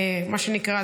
מה שנקרא,